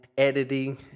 Editing